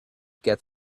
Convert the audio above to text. get